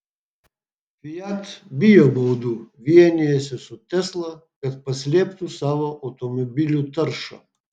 fiat bijo baudų vienijasi su tesla kad paslėptų savo automobilių taršą